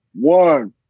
one